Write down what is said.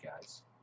guys